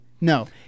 no